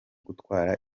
gutwara